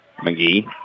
McGee